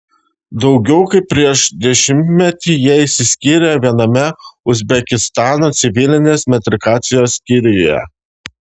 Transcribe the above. daugiau kaip prieš dešimtmetį jie išsiskyrė viename uzbekistano civilinės metrikacijos skyriuje